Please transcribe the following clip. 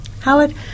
Howard